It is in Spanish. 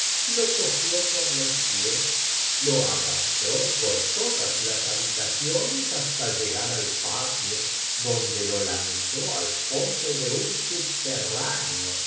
lo cogió por los pies lo arrastró por todas las habitaciones hasta llegar al patio donde lo lanzó al fondo ele un subterráneo